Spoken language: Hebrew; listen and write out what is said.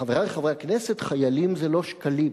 חברי חברי הכנסת, חיילים זה לא שקלים,